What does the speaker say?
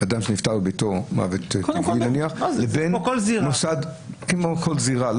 אדם שנפטר בביתו מוות טבעי נניח --- זה כמו כל זירה.